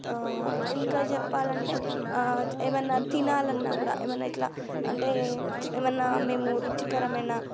ఇంకా చెప్పాలంటే ఏమన్న తినాలన్నా కూడా ఏమన్న ఇట్లా అంటే ఏమన్నా మేము రుచికరమైన